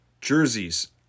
jerseys